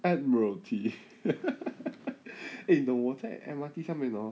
admiralty eh 你懂我在 M_R_T 上面 orh